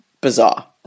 bizarre